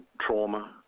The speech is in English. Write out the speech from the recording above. trauma